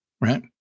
right